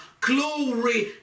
Glory